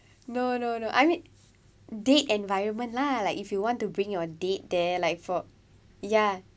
no no no I mean date environment lah like if you want to bring your date there like for ya